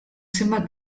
zenbat